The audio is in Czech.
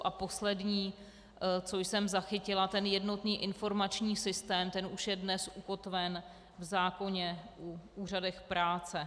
A poslední, co jsem zachytila, ten jednotný informační systém, ten už je dnes ukotven v zákoně o úřadech práce.